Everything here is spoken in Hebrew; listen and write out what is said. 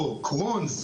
או קרוהן,